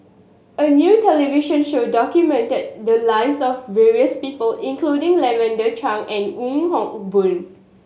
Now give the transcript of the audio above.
a new television show documented the lives of various people including Lavender Chang and Wong Hock Boon